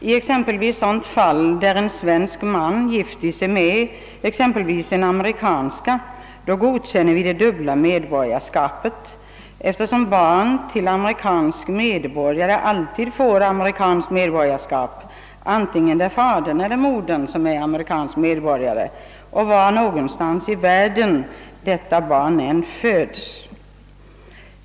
Om exempelvis en svensk man gifter sig med en amerikansk kvinna, godkänner vi det dubbla medborgarskapet för deras barn eftersom barn till amerikansk medborgare alltid får amerikanskt medborgarskap oavsett om det är fadern eller modern som är amerikansk medborgare och oavsett var någonstans i världen detta barn föds.